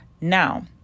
Now